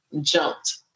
jumped